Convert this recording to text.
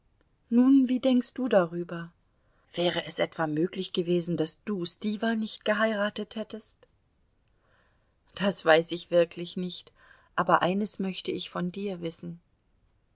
nun wie denkst du darüber ware es etwa möglich gewesen daß du stiwa nicht geheiratet hättest das weiß ich wirklich nicht aber eines möchte ich von dir wissen